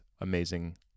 amazing